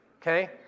Okay